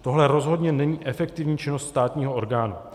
Tohle rozhodně není efektivní činnost státního orgánu.